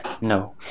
no